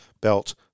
Belt